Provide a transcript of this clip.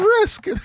risk